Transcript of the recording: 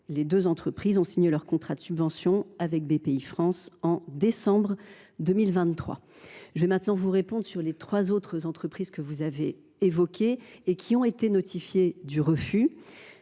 Les deux entreprises ont signé leur contrat de subvention avec Bpifrance en décembre 2023. Je vais maintenant vous répondre sur les trois autres entreprises que vous avez évoquées et qui se sont vu notifier un refus.